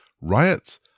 riots